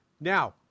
Now